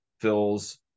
fills